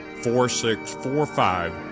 four, six, four, five,